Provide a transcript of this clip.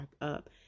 up